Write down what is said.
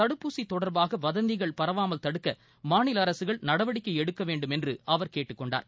தடுப்பூசி தொடர்பாக வதந்திகள் பரவாமல் தடுக்க மாநில அரசுகள் நடவடிக்கை எடுக்க வேண்டும் என்று அவர் கேட்டுக்கொண்டார்